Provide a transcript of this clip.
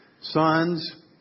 sons